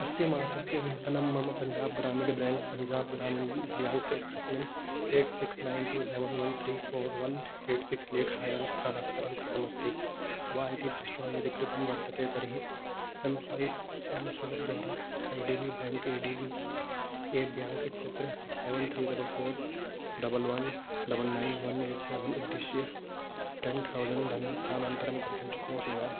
अस्य मासस्य वेतनं मम पञ्जाब् ग्रामीणः ब्रेङ्क् पञ्जाब् ग्रामीणः ब्रेङ्क् इत्यस्मिन् eight six nine two seven one three four one eight six लेखायां स्थानान्तरं कृतमस्ति वा इति दृष्ट्वा यदि कृतं वर्तते तर्हि एं स्वैप् एं स्वैप्द्वारा I D B bank A D B A bank इत्यत्र seven three double four double one double nine one eight seven उद्दिश्य टेन् ठौसन्ड् धनं स्थानान्तरं कर्तुं शक्नोषि वा